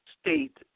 State